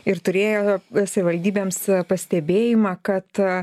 ir turėjo savivaldybėms pastebėjimą kad